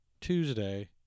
Tuesday